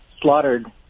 slaughtered